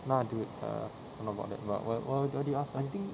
not dude err not about that but wha~ what what did you ask amir